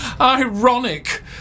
ironic